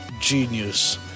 Genius